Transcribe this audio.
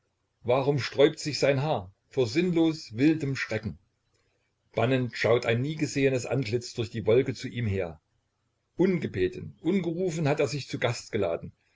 warum sträubt sich sein haar vor sinnlos wildem schrecken bannend schaut ein nie gesehenes antlitz durch die wolke zu ihm her ungebeten ungerufen hat er sich zu gast geladen